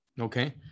Okay